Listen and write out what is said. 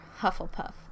Hufflepuff